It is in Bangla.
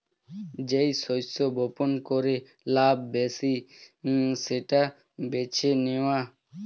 যেই শস্য বপন করে লাভ বেশি সেটা বেছে নেওয়া